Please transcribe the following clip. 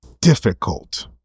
difficult